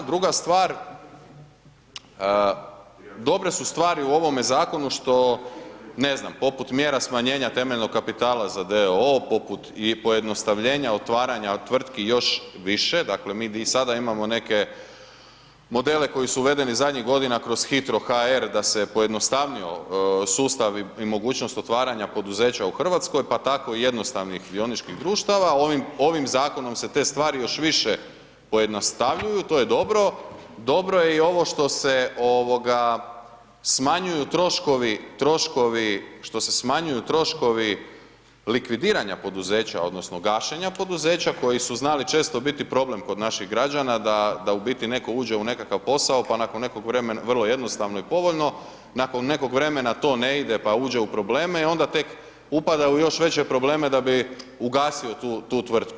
Druga stvar, dobre su stvari u ovome zakonu što, ne znam, poput mjera smanjenja temeljnog kapitala za d.o.o., poput i pojednostavljenja otvaranja od tvrtki još više, dakle, mi i sada imamo neke modele koji su uvedeni zadnjih godina kroz hitro.hr da se pojednostavio sustav i mogućnost otvaranja poduzeća u RH, pa tako i jednostavnih dioničkih društava, ovim zakonom se te stvari još više pojednostavljuju, to je dobro, dobro je i ovo što se smanjuju troškovi likvidiranja poduzeća odnosno gašenja poduzeća koji su znali često biti problem kod naših građana da u biti netko uđe u nekakav posao, pa nakon nekog vremena, vrlo jednostavno i povoljno, nakon nekog vremena to ne ide, pa uđe u probleme i onda tek upada u još veće probleme da bi ugasio tu tvrtku.